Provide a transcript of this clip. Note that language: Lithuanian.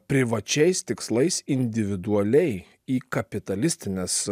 privačiais tikslais individualiai į kapitalistines